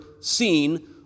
seen